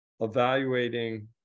Evaluating